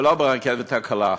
ולא ברכבת הקלה.